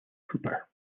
cooper